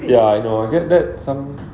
ya I know I get that some